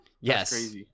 Yes